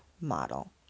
model